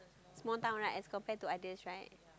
small town right as compared to others right